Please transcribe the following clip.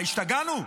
מה, השתגענו?